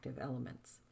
elements